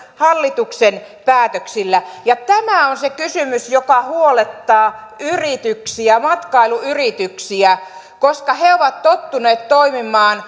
hallituksen päätöksillä tämä on se kysymys joka huolettaa yrityksiä matkailuyrityksiä koska he ovat tottuneet toimimaan